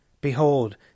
Behold